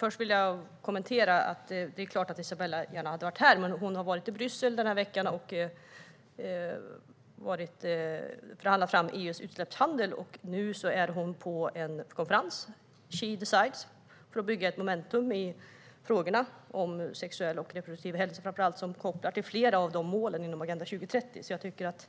Herr talman! Det är klart att Isabella gärna hade varit här, men hon har den här veckan varit i Bryssel och förhandlat fram EU:s utsläppshandel. Nu är hon på konferensen She Decides för att bygga ett momentum i framför allt frågorna om sexuell och reproduktiv hälsa, som kopplar till flera av målen inom Agenda 2030. Jag tycker att